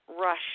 rush